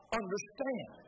understand